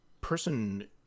person